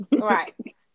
Right